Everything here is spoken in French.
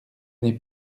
n’ai